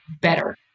better